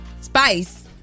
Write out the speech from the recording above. Spice